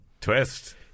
Twist